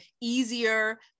easier